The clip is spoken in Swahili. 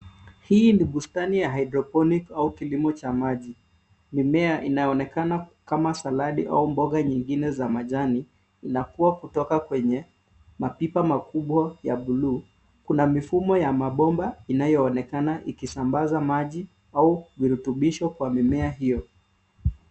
Hii ni bustani ya hydroponic au kilimo cha maji. Mimea inaonekana kama salad au mboga zingine za majani inakua kutoka kwenye mapipa makubwa ya bluu. Kuna mifumo ya mabomba inayoonekana ikisambaza maji au virutubisho kwa mimea hio.